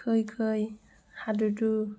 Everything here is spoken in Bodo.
खै खै हादु दु